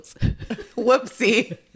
whoopsie